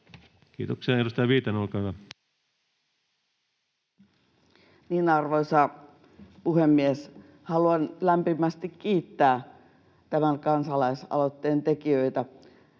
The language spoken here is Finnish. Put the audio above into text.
Kiitoksia. — Edustaja Viitanen, olkaa hyvä. Arvoisa puhemies! Haluan lämpimästi kiittää tämän kansalais-aloitteen tekijöitä.